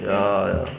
ya ya